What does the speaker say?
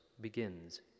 begins